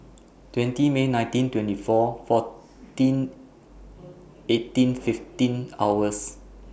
twenty May nineteen twenty four fourteen eighteen fifteen hours